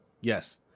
Yes